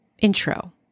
intro